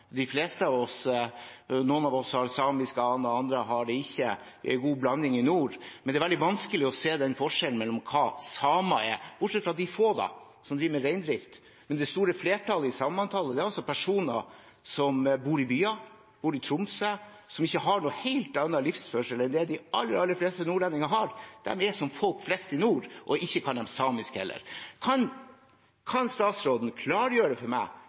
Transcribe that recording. de fleste av oss. Noen av oss har samiske aner, andre har det ikke. Vi er en god blanding i nord, men det er veldig vanskelig å se den forskjellen, hva samer er, da bortsett fra de få som driver med reindrift. Det store flertallet i samemanntallet er personer som bor i byer, som bor i Tromsø, som ikke har noen annen livsførsel enn det de aller fleste nordlendinger har. De er som folk flest i nord, og ikke kan de samisk heller. Kan statsråden klargjøre for meg